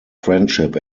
friendship